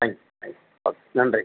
thanks thanks okay நன்றி